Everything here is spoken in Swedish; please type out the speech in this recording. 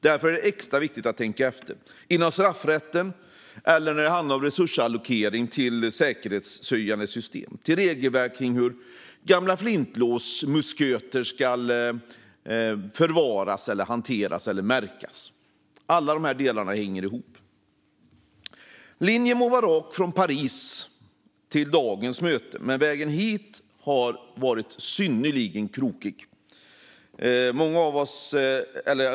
Därför är det extra viktigt att tänka efter inom straffrätten eller när det gäller allokering till säkerhetshöjande system och regelverk för hur gamla flintlåsmusköter ska förvaras, hanteras eller märkas. Alla de delarna hänger ihop. Linjen må vara rak från Paris till dagens möte, men vägen hit har varit synnerligen krokig.